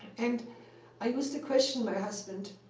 and i used to question my husband,